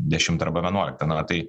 dešimtą arba vienuoliktą na tai